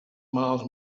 malalts